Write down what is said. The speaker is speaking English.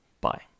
Bye